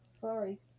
Sorry